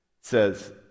says